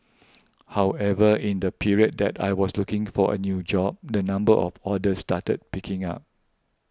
however in the period that I was looking for a new job the number of orders started picking up